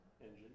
Engine